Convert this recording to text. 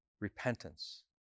repentance